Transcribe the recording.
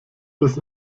bis